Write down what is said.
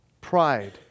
pride